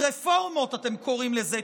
"רפורמות" אתם קוראים לזה,